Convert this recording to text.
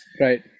right